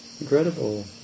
Incredible